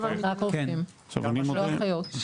רק רופאים, לא אחיות.